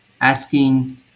asking